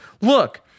Look